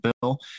bill